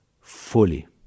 fully